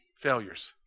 Failures